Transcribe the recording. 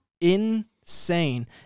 Insane